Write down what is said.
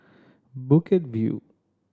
Bukit View